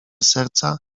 serca